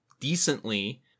decently